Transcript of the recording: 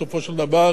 בסופו של דבר,